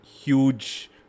huge